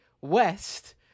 west